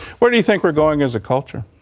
where do you think we're going as a culture?